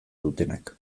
dutenak